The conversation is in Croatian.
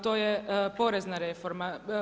To je porezna reforma.